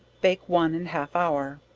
bake one and half hour.